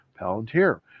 Palantir